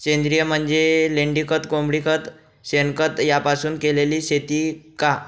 सेंद्रिय म्हणजे लेंडीखत, कोंबडीखत, शेणखत यापासून केलेली शेती का?